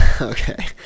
Okay